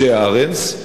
משה ארנס,